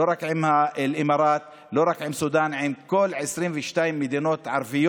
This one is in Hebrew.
לא רק עם האמירויות ולא רק עם סודאן אלא עם כל 22 המדינות הערביות,